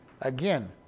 Again